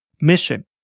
mission